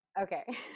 Okay